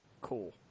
Cool